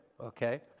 okay